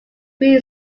free